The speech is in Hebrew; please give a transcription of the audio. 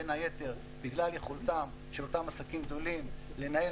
בין היתר בגלל יכולתם של אותם עסקים גדולים לנהל